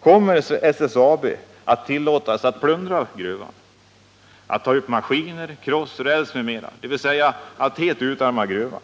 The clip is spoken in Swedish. Kommer SSAB att tillåtas att plundra gruvan, ått ta upp maskiner, kross, räls m.m., dvs. att helt utarma gruvan?